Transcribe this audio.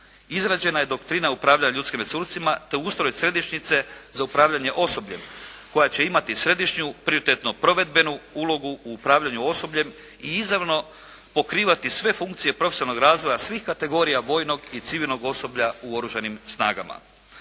Izrađena je doktrina upravljanja ljudskim resursima, te ustroj središnjice za upravljanje osobljem koja će imati središnju, prioritetno provedbenu ulogu u upravljanjem osobljem i izravno pokrivati sve funkcije profesionalnog razvoja svih kategorija vojnog i civilnog osoblja u oružanim snagama.